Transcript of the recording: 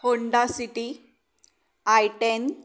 Honda city I ten